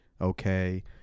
Okay